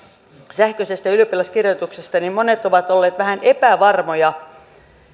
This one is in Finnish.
sähköisestä ylioppilaskirjoituksesta monet ovat olleet vähän epävarmoja